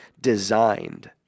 designed